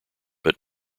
but